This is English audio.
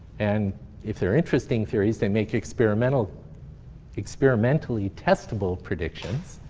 and if they're interesting theories, they make experimentally experimentally testable predictions.